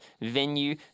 venue